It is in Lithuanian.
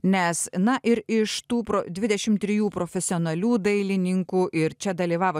nes na ir iš tų pro dvidešim trijų profesionalių dailininkų ir čia dalyvavo